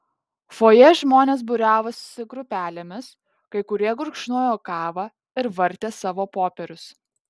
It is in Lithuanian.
fojė žmonės būriavosi grupelėmis kai kurie gurkšnojo kavą ir vartė savo popierius